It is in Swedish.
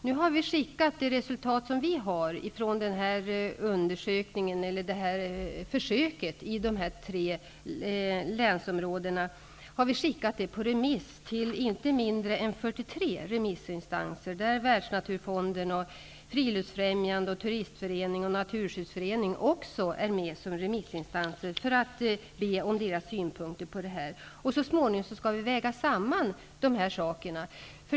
Vi har skickat det resultat som vi har från försöket i de tre länsområdena på remiss till inte mindre än Naturskyddsföreningen också är med som remissinstanser, för att be om deras synpunkter. Så småningom skall vi väga samman de här sakerna.